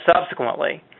subsequently